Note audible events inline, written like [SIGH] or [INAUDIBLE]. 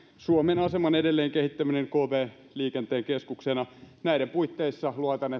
suomen aseman edelleenkehittäminen kv liikenteen keskuksena näiden puitteissa luotan [UNINTELLIGIBLE]